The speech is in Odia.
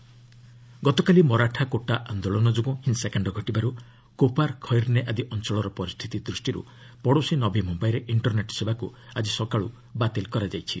ମହା ବନ୍ଦ ଗତକାଲି ମରାଠା କୋଟା ଆନ୍ଦୋଳନ ଯୋଗୁଁ ହିଂସାକାଣ୍ଡ ଘଟିବାରୁ କୋପାର୍ ଖଇର୍ନେ ଆଦି ଅଞ୍ଚଳର ପରିସ୍ଥିତି ଦୃଷ୍ଟିରୁ ପଡ଼ୋଶୀ ନବୀ ମୁମ୍ୟାଇରେ ଇଷ୍ଟରନେଟ୍ ସେବାକୁ ଆଜି ସକାଳୁ ବାତିଲ୍ କରାଯାଇଛି